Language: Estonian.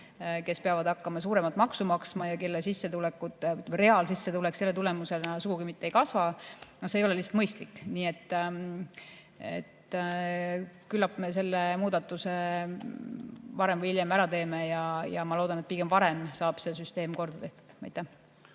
kes peavad hakkama suuremat maksu maksma ja kelle reaalsissetulek selle tulemusena sugugi mitte ei kasva. See ei ole lihtsalt mõistlik. Küllap me selle muudatuse varem või hiljem ära teeme. Ma loodan, et pigem varem saab see süsteem korda tehtud. Liina